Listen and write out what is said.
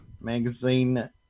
magazine